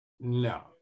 No